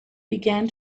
began